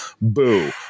boo